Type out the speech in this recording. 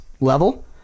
level